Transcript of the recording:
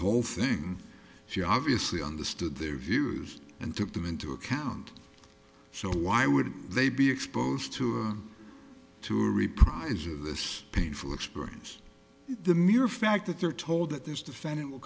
whole thing she obviously understood their views and took them into account so why would they be exposed to to reprisal of this painful experience the mere fact that they're told that this defendant will